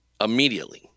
immediately